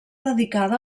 dedicada